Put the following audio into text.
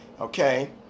okay